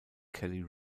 kelly